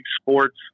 sports